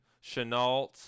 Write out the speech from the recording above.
chenault